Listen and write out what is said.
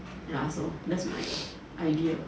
ya so that's my idea